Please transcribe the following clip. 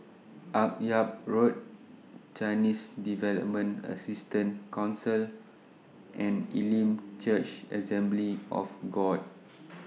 Akyab Road Chinese Development Assistance Council and Elim Church Assembly of God